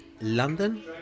London